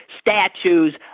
statues